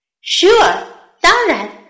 sure,当然